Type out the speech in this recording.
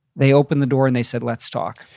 they opened the door and they said, let's talk.